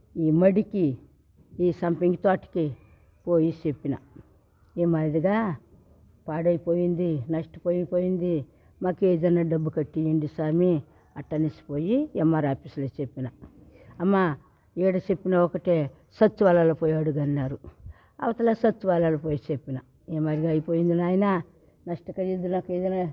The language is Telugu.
ఈ మడికి ఈ సంపంగి తోటకి పోయి చెప్పిన ఈ మాదిరిగా పాడైపోయింది నష్టపడిపోయింది మాకు ఏదైనా డబ్బు కట్టేయండి స్వామి అట్ట అనేసి పోయి ఎంఆర్ఓ ఆఫీస్లో చెప్పిన అమ్మ ఈడ చెప్పినా ఒకటే సచివాలయంలో పోయి అడుగు అన్నారు అవతల సచివాలయంలో పోయి చెప్పిన ఈ మాదిరిగా అయిపోయింది నాయనా నష్ట ఖరీదు నాకు ఏదైనా